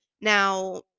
Now